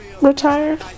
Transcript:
Retired